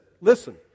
listen